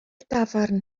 dafarn